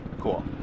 cool